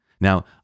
Now